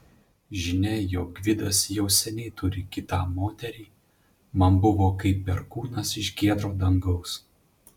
žinia jog gvidas jau seniai turi kitą moterį man buvo kaip perkūnas iš giedro dangaus